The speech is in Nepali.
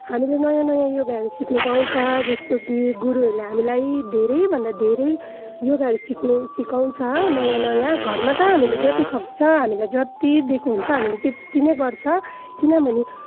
हामीले नयाँ नयाँ योगाहरू सिक्नु पाउँछ जस्तो कि गुरुहरूले हामीलाई धेरै भन्दा धेरै योगाहरू सिक्नु सिकाउँछ नयाँ नयाँ घरमा त हामीले जति सक्छ हामीलाई जति दिएको हुन्छ हामीले त्यति नै गर्छ किनभने